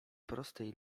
prostej